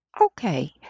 Okay